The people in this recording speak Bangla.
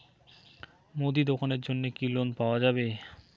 মুদি দোকানের জন্যে কি লোন পাওয়া যাবে?